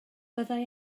byddai